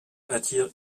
attire